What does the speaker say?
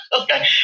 Okay